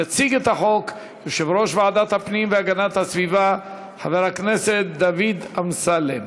יציג את החוק יושב-ראש ועדת הפנים והגנת הסביבה חבר הכנסת דוד אמסלם.